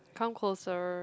come closer